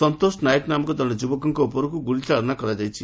ସନ୍ତୋଷ ନାୟକ ନାମକ ଜଣେ ଯୁବକଙ୍କ ଉପରୁ ଗୁଳିଚାଳନା କରାଯାଇଛି